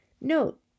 Note